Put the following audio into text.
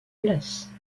place